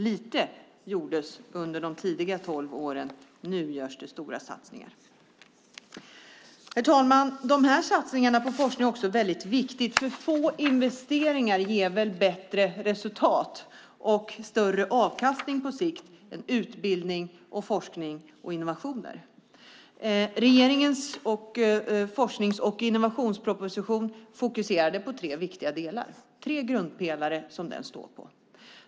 Lite gjordes under de där tolv åren, men nu görs det stora satsningar. Herr talman! Dessa satsningar på forskning är också viktiga eftersom få investeringar väl ger bättre resultat och större avkastning på sikt än utbildning, forskning och innovationer. Regeringens forsknings och innovationsproposition fokuserade på tre viktiga delar, tre grundpelare som den står på.